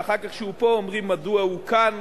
ואחר כך כשהוא פה אומרים מדוע הוא כאן,